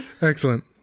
Excellent